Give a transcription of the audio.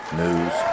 news